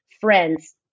friends